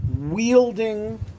wielding